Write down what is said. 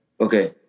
Okay